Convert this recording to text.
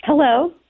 Hello